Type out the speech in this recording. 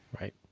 Right